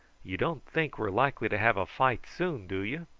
you don't think we are likely to have a fight soon, do you?